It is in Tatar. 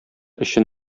өчен